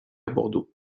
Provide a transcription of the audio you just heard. bordeaux